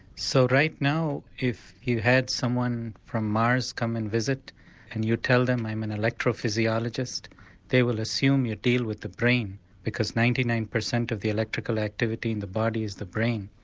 so right now if you had someone from mars come and visit and you tell them i'm an electrophysiologist they will assume you deal with the brain because ninety nine percent of the electrical activity in the body is the brain.